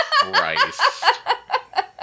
Christ